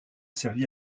servi